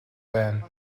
байна